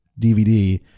DVD